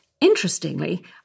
interestingly